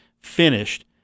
finished